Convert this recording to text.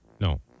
No